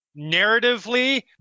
Narratively